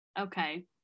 Okay